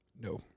No